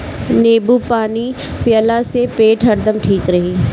नेबू पानी पियला से पेट हरदम ठीक रही